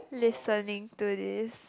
listening to this